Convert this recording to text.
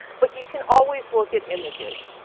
but you can always look at images.